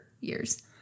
years